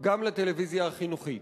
גם לטלוויזיה החינוכית.